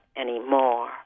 anymore